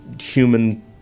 human